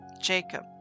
Jacob